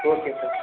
okay sir